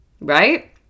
right